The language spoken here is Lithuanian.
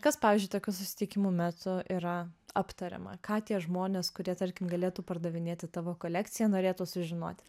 kas pavyzdžiui tokių susitikimų metu yra aptariama ką tie žmonės kurie tarkim galėtų pardavinėti tavo kolekciją norėtų sužinoti